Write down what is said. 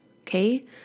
Okay